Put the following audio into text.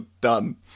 done